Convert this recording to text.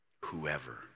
Whoever